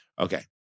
Okay